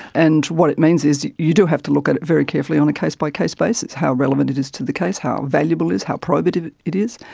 and what it means is you do have to look at it very carefully on a case-by-case basis how relevant it is to the case, how valuable it is, how probative it it is,